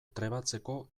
trebatzeko